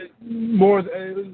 More